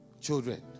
children